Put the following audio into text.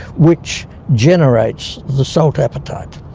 which generates the salt appetite.